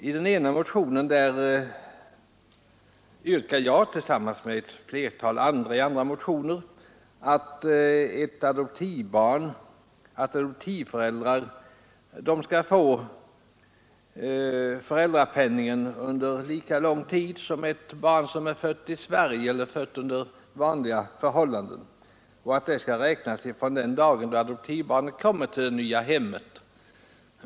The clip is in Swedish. I den ena motionen yrkar jag i likhet med några andra motionärer att adoptivföräldrar skall få föräldrapenning under lika lång tid som föräldrarna till ett barn som är fött i Sverige under vanliga förhållanden samt att föräldrapenningen skall räknas från den dag då adoptivbarnet kommer till det nya hemmet.